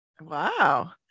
Wow